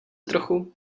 trochu